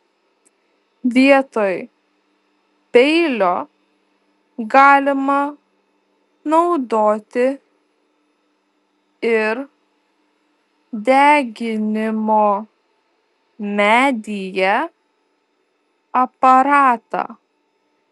vietoj peilio galima naudoti ir deginimo medyje aparatą